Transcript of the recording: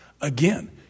Again